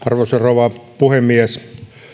arvoisa rouva puhemies